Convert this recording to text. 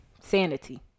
Sanity